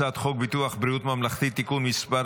הצעת חוק ביטוח בריאות ממלכתי (תיקון מס'